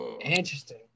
Interesting